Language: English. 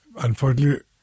Unfortunately